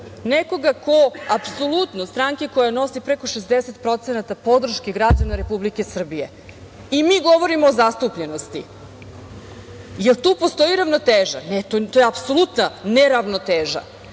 nekoga ko apsolutno, stranke koja nosi preko 60% podrške građana Republike Srbije. I mi govorimo o zastupljenosti? Jel tu postoji ravnoteža? Ne, to je apsolutna neravnoteža. Kada